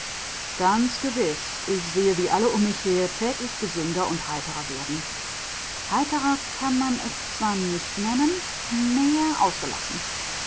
ganz gewiß ich sehe wie alle um mich her täglich gesünder und heiterer werden heiter kann man es zwar nicht nennen mehr ausgelassen